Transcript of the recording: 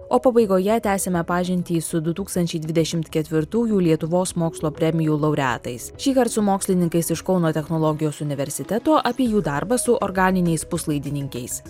o pabaigoje tęsime pažintį su du tūkstančiai dvidešimt ketvirtųjų lietuvos mokslo premijų laureatais šįkart su mokslininkais iš kauno technologijos universiteto apie jų darbą su organiniais puslaidininkiais